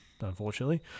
unfortunately